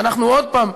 ואנחנו עוד פעם,